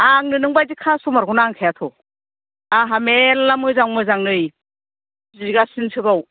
आंनो नों बायदि खास्थ'मारखौ नांखायाथ' आंहा मेरला मोजां मोजां नै बिगासिनो सोबाव